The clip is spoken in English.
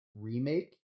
remake